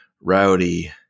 Rowdy